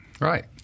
Right